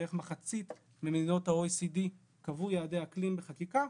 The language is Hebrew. בערך מחצית ממדינות ה-OECD קבעו יעדי אקלים בחקיקה,